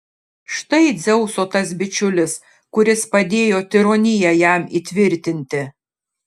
štai dzeuso tas bičiulis kuris padėjo tironiją jam įtvirtinti